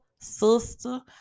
sister